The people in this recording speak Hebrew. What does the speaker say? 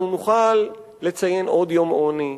אנחנו נוכל לציין עוד יום עוני,